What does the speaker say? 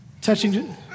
touching